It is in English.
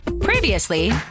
Previously